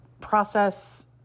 process